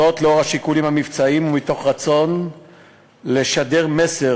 זאת לאור השיקולים המבצעיים ומתוך רצון לשדר מסר